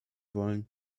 wollen